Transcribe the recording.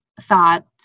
thought